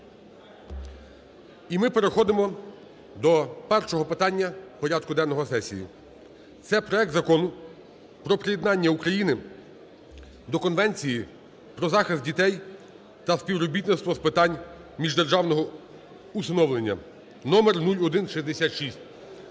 І ми переходимо до першого питання порядку денного сесії – це проект Закону про приєднання України до Конвенції про захист дітей та співробітництво з питань міждержавного усиновлення № 0166.